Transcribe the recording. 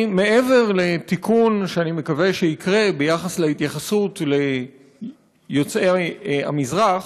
מעבר לתיקון שאני מקווה שיקרה ביחס להתייחסות ליוצאי המזרח,